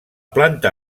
planta